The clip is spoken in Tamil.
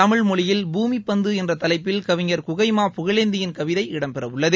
தமிழ் மொழியில் பூமி பந்து என்ற தலைப்பில் கவிஞர் குகை மா புகழேந்தியின் கவிதை இடம்பெறவுள்ளது